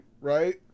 right